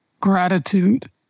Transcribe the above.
gratitude